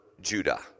Judah